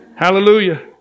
Hallelujah